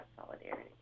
solidarity